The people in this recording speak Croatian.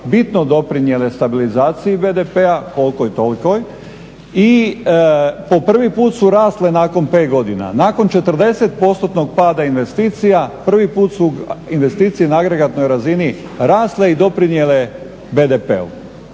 bitno doprinijele stabilizaciji BDP-a kolikoj tolikoj i po prvi put su rasle nakon pet godina. Nakon 40 postotnog pada investicija prvi put su investicije na agregatnoj razini rasle i doprinijele BDP-u.